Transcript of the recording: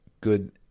good